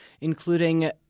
including